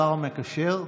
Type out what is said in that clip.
השר המקשר,